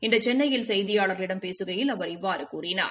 இன்று சென்னையில் செய்தியாளர்களிடம் பேசுகையில் அவர் இவ்வாறு கூறினார்